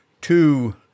two